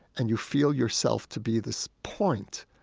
and you feel yourself to be this point,